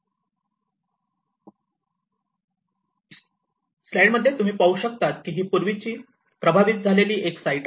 slide मध्ये तुम्ही पाहू शकतात की ही पूर्वीची प्रभावित साइट आहे